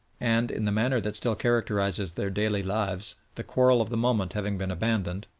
and, in the manner that still characterises their daily lives, the quarrel of the moment having been abandoned,